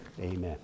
amen